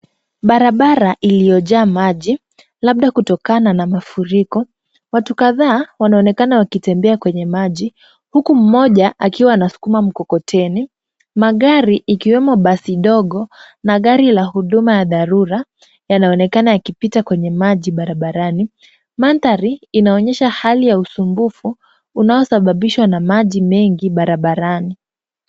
Barabara iliyojaa maji, labda kutokana na mafuriko. Watu kadhaa wanaonekana wakitembea kwenye maji, huku mmoja akiwa anasukuma mkokoteni. Magari ikiwemo basi dogo na gari la huduma ya dharura, yanaonekana yakipita kwenye maji barabarani. Mathari inaonyesha hali ya usumbufu unaosababishwa na maji mengi barabarani.